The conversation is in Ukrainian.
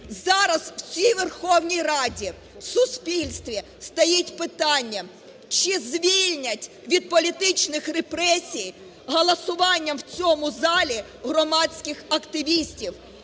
зараз в цій Верховній Раді, в суспільстві стоїть питання: чи звільнять від політичних репресій голосуванням в цьому залі громадських активістів,